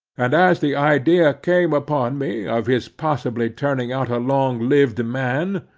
and as the idea came upon me of his possibly turning out a long-lived man,